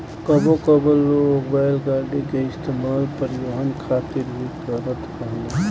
कबो कबो लोग बैलगाड़ी के इस्तेमाल परिवहन खातिर भी करत रहेले